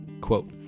Quote